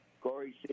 Corey